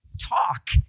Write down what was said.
talk